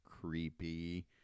creepy